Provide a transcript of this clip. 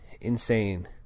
insane